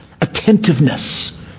attentiveness